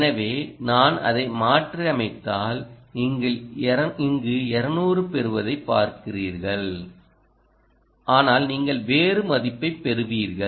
எனவே நான் அதை மாற்றியமைத்தால் நீங்கள் இங்கு 200 பெறுவதைப் பார்க்கிறீர்கள் ஆனால் நீங்கள் வேறுமதிப்பைப் பெறுவீர்கள்